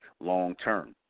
long-term